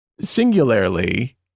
singularly